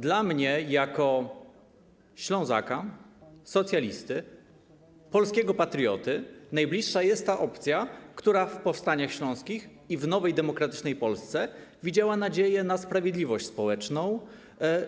Dla mnie jako Ślązaka, socjalisty, polskiego patrioty najbliższa jest ta opcja, która w powstaniach śląskich i w nowej, demokratycznej Polsce widziała nadzieję na sprawiedliwość społeczną,